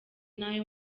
nayo